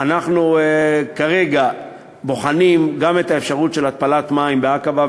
אנחנו כרגע בוחנים גם את האפשרות של התפלת מים בעקבה,